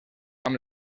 amb